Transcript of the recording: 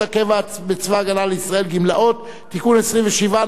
הקבע בצבא-הגנה לישראל (גמלאות) (תיקון 27),